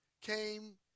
came